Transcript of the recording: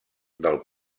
del